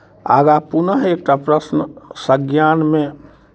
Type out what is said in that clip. आगाँ पुनः एकटा प्रश्न सज्ञानमे